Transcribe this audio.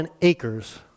acres